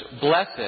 blessed